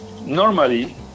Normally